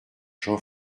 jean